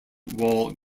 wall